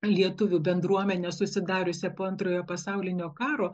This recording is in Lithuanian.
lietuvių bendruomene susidariusia po antrojo pasaulinio karo